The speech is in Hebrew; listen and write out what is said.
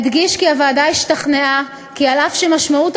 אדגיש כי הוועדה השתכנעה כי אף שמשמעות